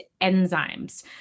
enzymes